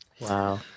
Wow